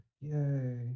Yay